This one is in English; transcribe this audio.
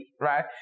right